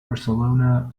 barcelona